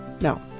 No